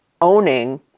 owning